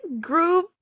groove